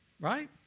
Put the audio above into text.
Right